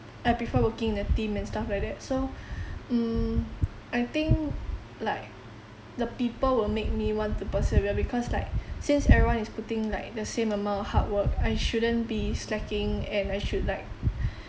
I prefer working in a team and stuff like that so mm I think like the people will make me want to persevere because like since everyone is putting like the same amount of hard work I shouldn't be slacking and I should like